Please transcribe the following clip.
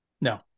No